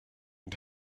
and